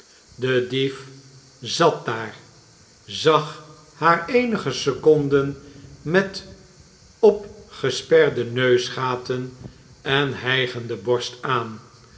de dief zat daar zag haar eenige seconden met opgesperde neusgaten en hijgende borst aan